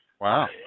Wow